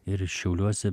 ir šiauliuose